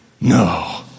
No